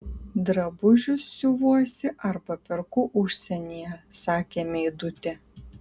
drabužius siuvuosi arba perku užsienyje sakė meidutė